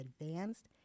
advanced